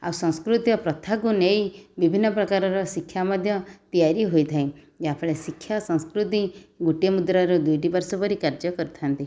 ଆଉ ସଂସ୍କୃତି ଓ ପ୍ରଥାକୁ ନେଇ ବିଭିନ୍ନପ୍ରକାରର ଶିକ୍ଷା ମଧ୍ୟ ତିଆରି ହୋଇଥାଏ ଯାହାଫଳରେ ଶିକ୍ଷା ସଂସ୍କୃତି ଗୋଟିଏ ମୁଦ୍ରାର ଦୁଇଟିପାର୍ଶ୍ଵ ପରି କାର୍ଯ୍ୟ କରିଥାନ୍ତି